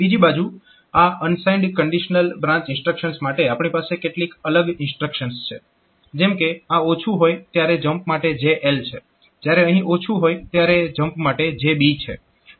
બીજી બાજુ આ અનસાઇન્ડ કંડીશનલ બ્રાન્ચ ઇન્સ્ટ્રક્શન્સ માટે આપણી પાસે કેટલીક અલગ ઇન્સ્ટ્રક્શન્સ છે જેમ કે આ ઓછું હોય ત્યારે જમ્પ માટે JL છે જ્યારે અહીં ઓછું હોય ત્યારે જમ્પ માટે JB છે